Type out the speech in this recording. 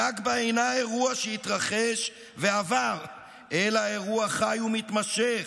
הנכבה אינה אירוע שהתרחש ועבר אלא אירוע חי ומתמשך,